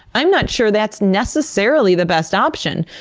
i'm not sure that's necessarily the best option.